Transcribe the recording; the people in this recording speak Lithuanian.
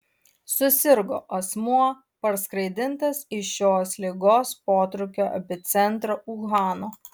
susirgo asmuo parskraidintas iš šios ligos protrūkio epicentro uhano